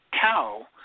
cow